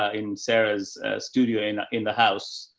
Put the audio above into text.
ah in sarah's studio, in, in the house,